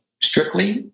Strictly